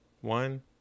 one